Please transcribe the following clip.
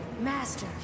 Master